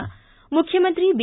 ಮುಖ್ಯಮಂತ್ರಿ ಬಿ